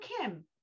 Kim